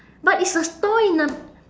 but it's a stall in a